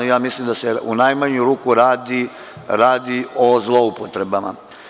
Ja mislim da se u najmanju ruku radi o zloupotrebama.